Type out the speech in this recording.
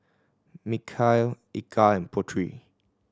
Mikhail Eka and Putri